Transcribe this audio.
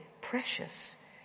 precious